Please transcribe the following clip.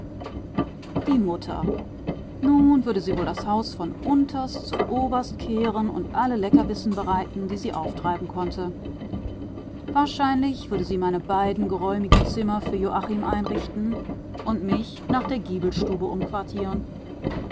die mutter nun würde sie wohl das haus von unterst zuoberst kehren und alle leckerbissen bereiten die sie auftreiben konnte wahrscheinlich würde sie meine beiden geräumigen zimmer für joachim einrichten und mich nach der